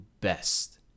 best